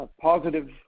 positive